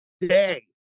day